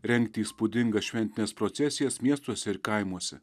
rengti įspūdingas šventines procesijas miestuose ir kaimuose